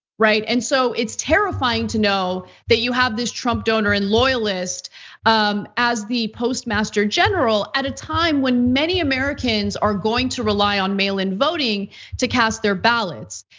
right? and so it's terrifying to know that you have this trump donor and loyalist um as the postmaster general at a time when many americans are going to rely on mail-in-voting to cast their ballots.